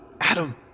Adam